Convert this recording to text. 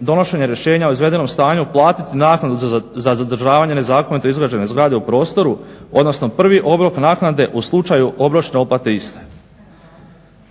donošenja rješenja o izvedenom stanju platiti naknadu za zadržavanje nezakonito izgrađene zgrade u prostoru, odnosno prvi obrok naknade u slučaju obročne otplate iste.